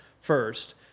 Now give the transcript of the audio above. first